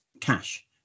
cash